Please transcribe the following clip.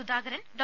Sudhakaran Dr